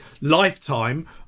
lifetime